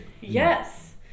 Yes